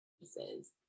pieces